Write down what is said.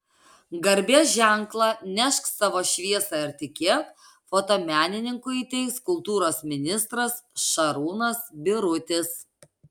garbės ženklą nešk savo šviesą ir tikėk fotomenininkui įteiks kultūros ministras šarūnas birutis